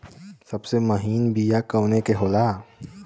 सबसे महीन बिया कवने के होला?